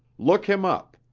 look him up,